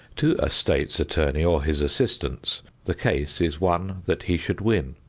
to a state's attorney or his assistants the case is one that he should win.